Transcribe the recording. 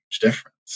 difference